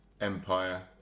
Empire